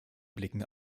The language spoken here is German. blicken